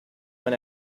own